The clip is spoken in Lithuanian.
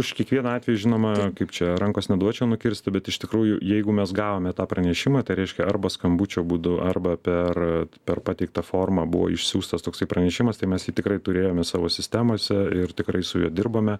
už kiekvieną atvejį žinoma kaip čia rankos neduočiau nukirsti bet iš tikrųjų jeigu mes gavome tą pranešimą tai reiškia arba skambučio būdu arba per per pateiktą formą buvo išsiųstas toksai pranešimas tai mes tikrai turėjome savo sistemose ir tikrai su juo dirbame